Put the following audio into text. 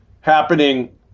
happening